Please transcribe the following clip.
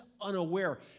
unaware